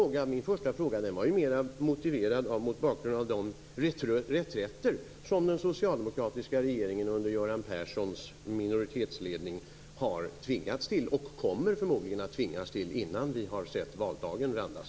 Min första fråga var mer motiverad av de reträtter som den socialdemokratiska regeringen under Göran Perssons minoritetsledning har tvingats till och förmodligen kommer att tvingas till innan vi har sett valdagen randas.